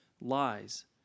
Lies